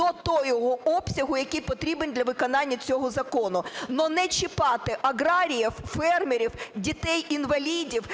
до того обсягу, який потрібен для виконання цього закону. Но не чіпати аграріїв, фермерів, дітей-інвалідів,